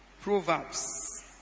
Proverbs